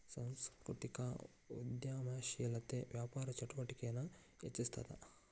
ಸಾಂಸ್ಕೃತಿಕ ಉದ್ಯಮಶೇಲತೆ ವ್ಯಾಪಾರ ಚಟುವಟಿಕೆನ ಹೆಚ್ಚಿಸ್ತದ